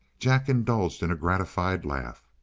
jack indulged in a gratified laugh.